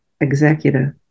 executive